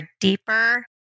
deeper